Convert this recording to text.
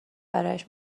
برایش